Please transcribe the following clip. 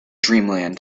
dreamland